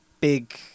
big